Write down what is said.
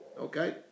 Okay